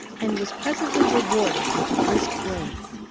and was presently rewarded with a brisk blaze.